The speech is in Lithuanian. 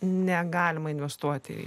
negalima investuoti į